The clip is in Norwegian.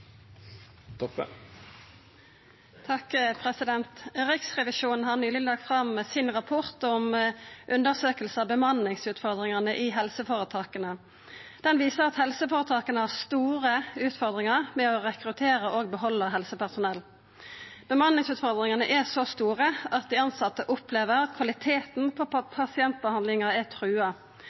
Riksrevisjonen har nyleg lagt fram ein rapport om bemanningsutfordringane i helseføretaka. Rapporten viser at helseføretaka har store utfordringar med å rekruttera og behalda helsepersonell. Bemanningsutfordringane er så store at dei tilsette opplever at kvaliteten på pasientbehandlinga er trua.